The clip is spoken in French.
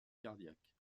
cardiaques